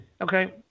Okay